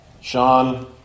Sean